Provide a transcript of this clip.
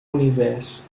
universo